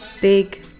Big